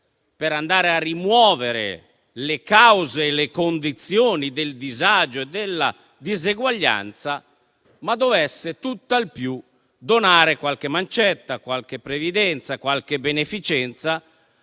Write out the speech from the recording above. per andare a rimuovere le cause e le condizioni del disagio e della diseguaglianza, ma dovesse tutt'al più donare qualche mancetta, qualche previdenza, qualche beneficenza,